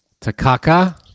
Takaka